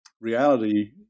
reality